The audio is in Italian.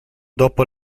dopo